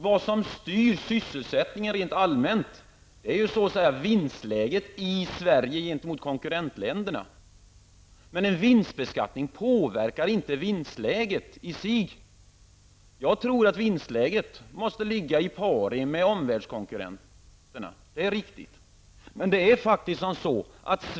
Det som styr sysselsättningen rent allmänt är vinstläget i Sverige jämfört med konkurrentländernas vinstläge. En vinstbeskattning påverkar dock inte vinstläget i sig. Jag tror att vinstläget måste ligga i paritet med omvärldskonkurrenternas. Det är riktigt.